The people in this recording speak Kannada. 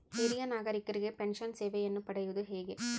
ಹಿರಿಯ ನಾಗರಿಕರಿಗೆ ಪೆನ್ಷನ್ ಸೇವೆಯನ್ನು ಪಡೆಯುವುದು ಹೇಗೆ?